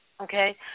okay